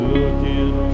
Looking